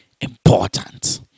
important